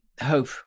Hope